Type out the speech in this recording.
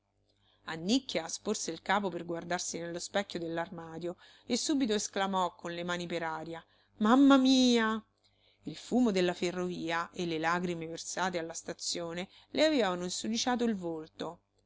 affumicata annicchia sporse il capo per guardarsi nello specchio dell'armadio e subito esclamò con le mani per aria mamma mia il fumo della ferrovia e le lagrime versate alla stazione le avevano insudiciato il volto